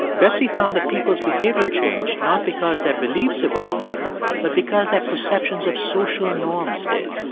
betsy found that people's behavior changed not because their beliefs evolved but because their perceptions of social norms did.